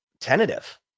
tentative